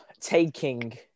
taking